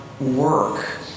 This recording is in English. work